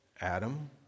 Adam